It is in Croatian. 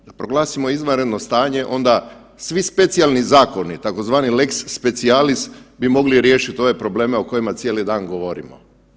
Da proglasimo izvanredno stanje onda svi specijalni zakoni tzv. tex specialis bi mogli riješiti ove probleme o kojima cijeli dan govorimo.